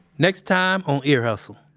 next time on ear hustle.